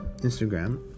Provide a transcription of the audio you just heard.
Instagram